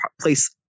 place